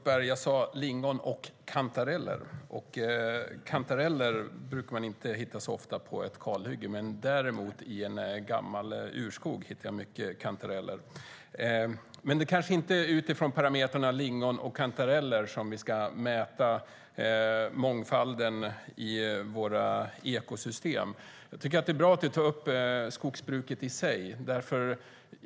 Jag sa lingon och kantareller, Ulf Berg. Kantareller brukar man inte hitta så ofta på ett kalhygge. Däremot hittar jag mycket kantareller i en gammal urskog. Men det kanske inte är efter parameterna lingon och kantareller som vi ska mäta mångfalden i våra ekosystem. Det är bra att du tar upp skogsbruket i sig.